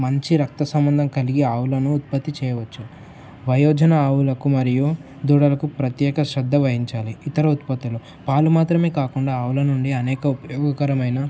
మంచి రక్త సంబంధం కలిగి ఆవులను ఉత్పత్తి చేయవచ్చు వయోజన ఆవులకు మరియు దూడలకు ప్రత్యేక శ్రద్ధ వహంచాలి ఇతర ఉత్పత్తులు పాలు మాత్రమే కాకుండా ఆవుల నుండి అనేక ఉపయోగకరమైన